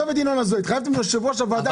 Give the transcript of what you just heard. התחייבתם ליושב ראש הוועדה,